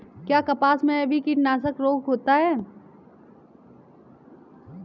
क्या कपास में भी कीटनाशक रोग होता है?